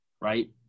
right